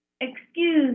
Excuse